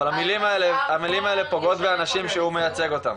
אבל המלים האלה פוגעות באנשים שהוא מייצג אותם.